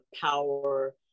power